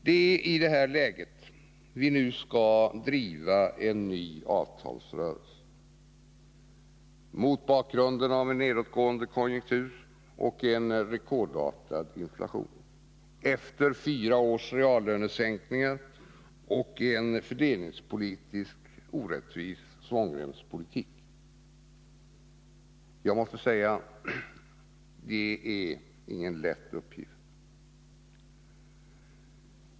Det är i det här läget vi nu skall driva en ny avtalsrörelse — mot bakgrund av en nedåtgående konjunktur, rekordartad inflation. fyra års reallönesänk ningar och en fördelningspolitiskt orättvis svångremspolitik. Det är, måste jag säga, ingen lätt uppgift.